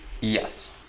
Yes